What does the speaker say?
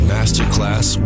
Masterclass